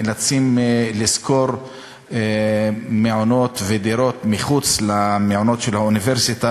המציעים, חבר הכנסת גילאון וחבר הכנסת גנאים,